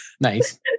Nice